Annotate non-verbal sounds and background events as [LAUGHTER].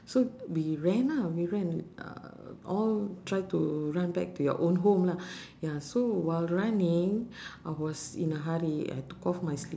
so we ran ah we ran uh all try to run back to your own home lah [BREATH] ya so while running [BREATH] I was in a hurry I took off my slip~